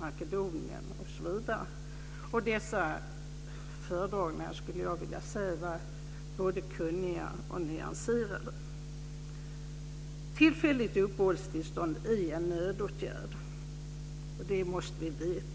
Makedonien osv. Dessa föredragningar skulle jag vilja säga var både kunniga och nyanserade. Tillfälligt uppehållstillstånd är en nödåtgärd. Det måste vi veta.